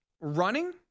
running